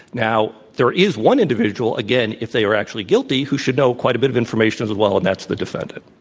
now, there is one individual, again, if they are actually guilty, who should know quite a bit of information as well, and that's the defendant.